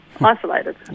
isolated